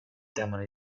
demone